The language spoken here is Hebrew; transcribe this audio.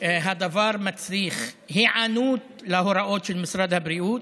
הדבר מצריך היענות להוראות של משרד הבריאות,